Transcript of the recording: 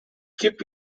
keep